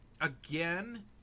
again